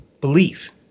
Belief